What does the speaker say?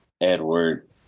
Edward